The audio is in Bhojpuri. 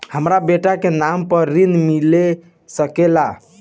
हमरा बेटा के नाम पर ऋण मिल सकेला?